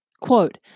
Quote